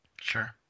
sure